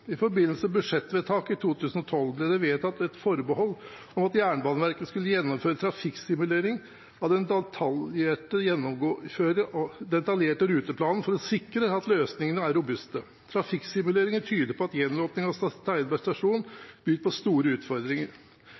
I forbindelse med budsjettvedtaket for 2012 ble det tatt et forbehold om at Jernbaneverket skulle gjennomføre en trafikksimulering av den detaljerte ruteplanen for å sikre at løsningene er robuste. Trafikksimuleringene tyder på at gjenåpningen av Steinberg stasjon byr på store utfordringer.